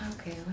Okay